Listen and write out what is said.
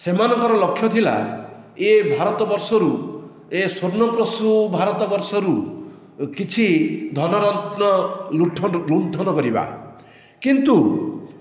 ସେମାନଙ୍କର ଲକ୍ଷ୍ୟ ଥିଲା ଏ ଭାରତ ବର୍ଷରୁ ଏ ସ୍ଵର୍ଣ୍ଣପ୍ରସୁ ଭାରତ ବର୍ଷରୁ କିଛି ଧନରତ୍ନ ଲୁଠନ ଲୁଣ୍ଠନ କରିବା କିନ୍ତୁ